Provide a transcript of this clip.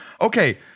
okay